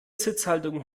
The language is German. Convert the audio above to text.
sitzhaltung